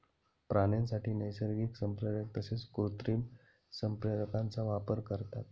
प्राण्यांसाठी नैसर्गिक संप्रेरक तसेच कृत्रिम संप्रेरकांचा वापर करतात